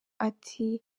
ati